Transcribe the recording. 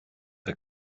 der